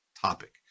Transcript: topic